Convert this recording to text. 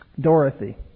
Dorothy